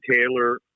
Taylor